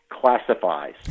classifies